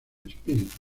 espíritu